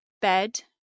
bed